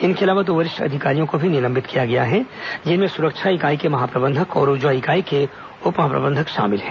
इनके अलावा दो वरिष्ठ अधिकारियों को भी निलंबित किया गया है जिनमें सुरक्षा इकाई के महाप्रबंधक और ऊर्जा इकाई के उप महाप्रबंधक शामिल हैं